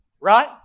Right